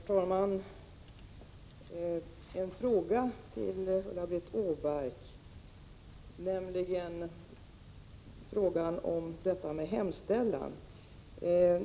Herr talman! Jag har en fråga till Ulla-Britt Åbark om detta med hemställan.